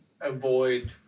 avoid